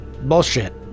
Bullshit